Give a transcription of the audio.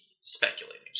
speculating